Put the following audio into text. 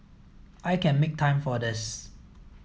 I can make time for this